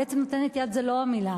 בעצם נותנת יד זו לא המלה,